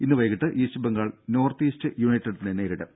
ഇന്നു വൈകിട്ട് East Bengal North East യുണൈറ്റഡിനെ നേരിടും